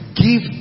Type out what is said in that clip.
Give